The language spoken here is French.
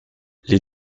les